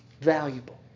valuable